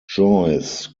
enjoys